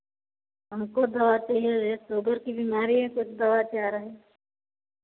हमको दवा चाहिए सुगर की बीमारी है कुछ दवा चाह रहें